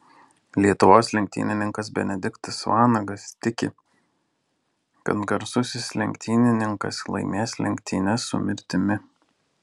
lietuvos lenktynininkas benediktas vanagas tiki kad garsusis lenktynininkas laimės lenktynes su mirtimi